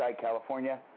California